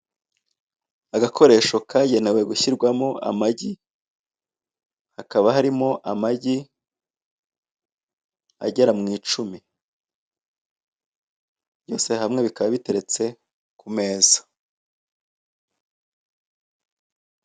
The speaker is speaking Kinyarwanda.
Agakoresho kagenewe gushyirwamo amagi, hakaba harimo amagi agera mu icumi. Byose hamwe bikaba biteretse ku meza.